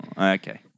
Okay